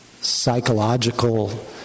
psychological